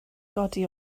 godi